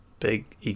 Big